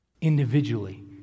individually